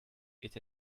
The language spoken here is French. est